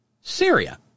Syria